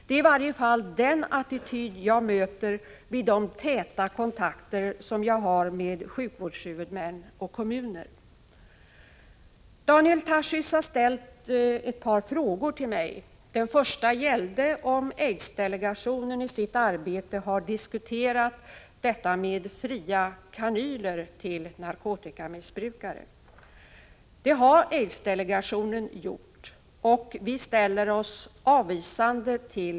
Det är i alla fall den attityd jag möter vid de täta kontakter som jag har med sjukvårdshuvudmän och kommuner. Daniel Tarschys har ställt ett par frågor till mig. Den första gällde om aidsdelegationen i sitt arbete har diskuterat fria kanyler till narkotikamissbrukare. Det har aidsdelegationen gjort, och vi ställer oss avvisande.